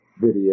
video